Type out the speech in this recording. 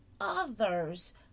others